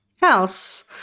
house